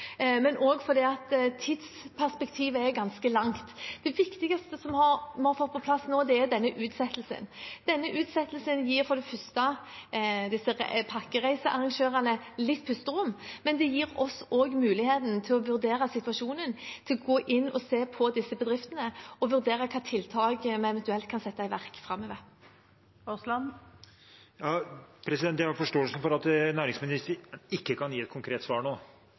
fordi de merket det fort, og fordi tidsperspektivet er ganske langt. Det viktigste vi har fått på plass nå, er denne utsettelsen. Denne utsettelsen gir for det første disse pakkereisearrangørene litt pusterom, og den gir også oss muligheten til å vurdere situasjonen, til å gå inn og se på disse bedriftene og vurdere hvilke tiltak vi eventuelt kan sette i verk framover. Jeg har forståelse for at næringsministeren ikke kan gi et konkret svar nå.